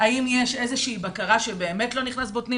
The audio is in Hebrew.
יש איזושהי בקרה שבאמת לא נכנסים בוטנים